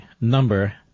number